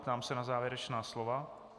Ptám se na závěrečná slova.